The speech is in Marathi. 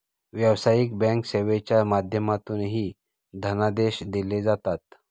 व्यावसायिक बँक सेवेच्या माध्यमातूनही धनादेश दिले जातात